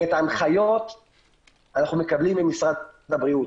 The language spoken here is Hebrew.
ואת ההנחיות אנחנו מקבלים ממשרד הבריאות.